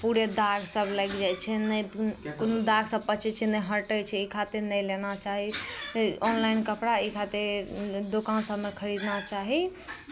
पूरे दागसभ लागि जाइ छै नहि कोनो दागसभ पचै छै नहि हटै छै ई खातिर नहि लेना चाही ऑनलाइन कपड़ा ई खातिर दोकान सभमे खरीदना चाही